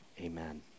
amen